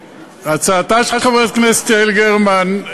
הצעתה של חברת הכנסת יעל גרמן,